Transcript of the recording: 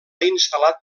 instal·lat